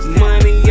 money